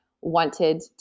Wanted